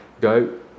go